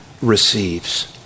receives